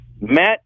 Matt